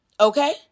Okay